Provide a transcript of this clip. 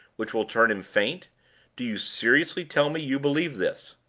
which will turn him faint do you seriously tell me you believe this?